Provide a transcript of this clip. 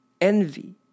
envy